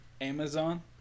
Amazon